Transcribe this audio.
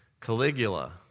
Caligula